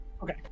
Okay